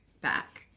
back